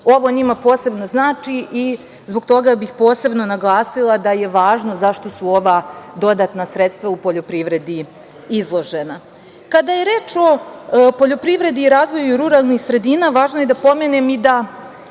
Ovo njima posebno znači. Zbog toga bih posebno naglasila da je važno zašto su ova dodatna sredstva u poljoprivredi izložena. Kada je reč o poljoprivredi i razvoju ruralnih sredina, važno je da pomenem i da